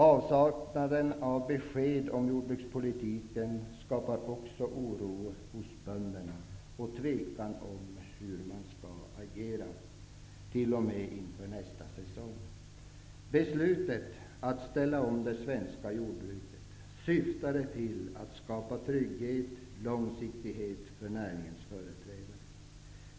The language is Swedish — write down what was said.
Avsaknaden av besked om jordbrukspolitiken skapar också oro hos bönderna och tvekan om hur man skall agera, t.o.m. inför nästa säsong. Beslutet att ställa om det svenska jordbruket syftade till att skapa trygghet och långsiktighet för näringens företrädare.